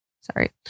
Sorry